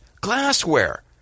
Glassware